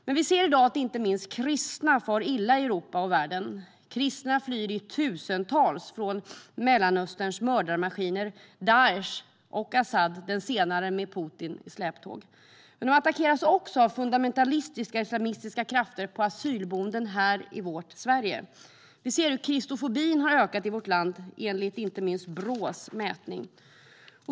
Men vi ser i dag att inte minst kristna far illa i Europa och världen. Kristna flyr i tusental från Mellanösterns mördarmaskiner Daish och Asad, varav den senare har Putin i släptåg. Men de attackeras också av fundamentalistiska islamistiska krafter på asylboenden här i vårt Sverige. Vi ser att kristofobin har ökat i vårt land, enligt inte minst Brås mätning.